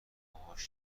باهاش